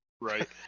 Right